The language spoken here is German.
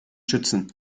schützen